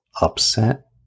Upset